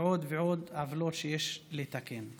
ועוד ועוד עוולות שיש לתקן.